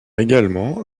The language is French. également